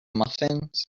muffins